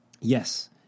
Yes